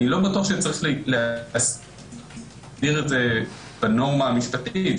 אני לא בטוח שצריך להסדיר את הנורמה המשפטית.